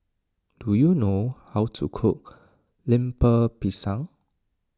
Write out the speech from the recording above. do you know how to cook Lemper Pisang